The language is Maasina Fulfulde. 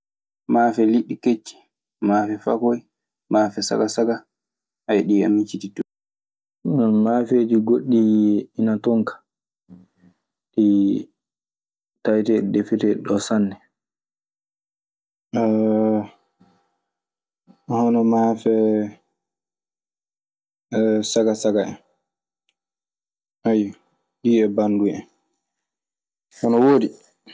Mafe liddi keci, mafe fakoye, mafe sagasaga, ɗi micititomo. Maafeeji goɗɗi ina ton kaa, ɗi taweteeɗi defeteeɗi ɗoo sanne. hono maafe saka saka en. A yiyi, ɗin e banndum en, ine woodi.